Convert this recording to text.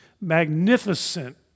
magnificent